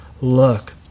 look